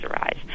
arise